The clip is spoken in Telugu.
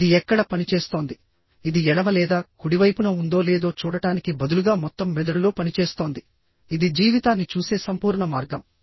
ఇది ఎక్కడ పనిచేస్తోంది ఇది ఎడమ లేదా కుడి వైపున ఉందో లేదో చూడటానికి బదులుగా మొత్తం మెదడులో పనిచేస్తోంది ఇది జీవితాన్ని చూసే సంపూర్ణ మార్గం